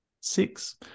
six